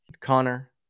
Connor